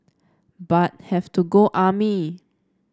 but have to go army